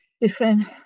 different